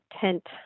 tent